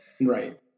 Right